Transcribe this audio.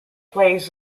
plays